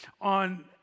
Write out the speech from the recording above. on